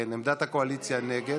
כן, עמדת הקואליציה, נגד.